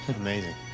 amazing